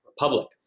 Republic